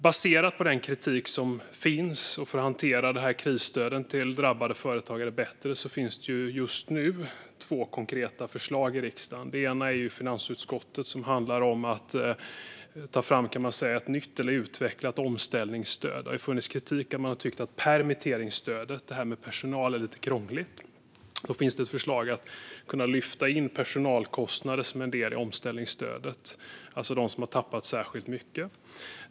Baserat på den kritik som finns och för att hantera krisstöden till drabbade företagare bättre finns det just nu två konkreta förslag i riksdagen. Det ena hanteras av finansutskottet och handlar om att ta fram ett nytt eller utvecklat omställningsstöd. Det har framförts kritik som gått ut på att permitteringsstödet gällande personal är lite krångligt. Då finns det ett förslag om att lyfta in personalkostnader som en del i omställningsstödet för dem som har tappat särskilt mycket.